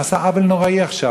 נעשה עוול נוראי עכשיו.